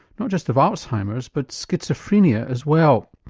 not just of alzheimer's but schizophrenia as well.